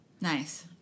Nice